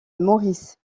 maurice